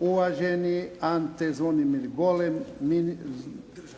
uvaženi Ante Zvonimir Golem,